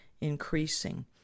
increasing